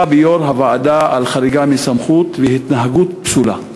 ביושב-ראש הוועדה על חריגה מסמכות והתנהגות פסולה?